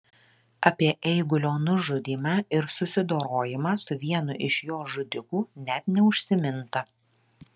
apie eigulio nužudymą ir susidorojimą su vienu iš jo žudikų net neužsiminta